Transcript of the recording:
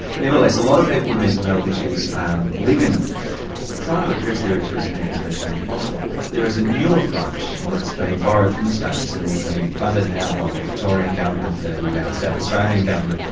nevertheless, a lot of people with mental health issues and live in them, and trying to address their issues in there is virtually impossible. there is a new approach and that's been borrowed from the states and is being funded now by the victorian government, the yeah south australian government,